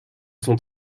sont